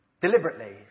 Deliberately